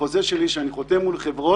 אני יודע כזה דבר, בחוזה שאני חותם מול חברות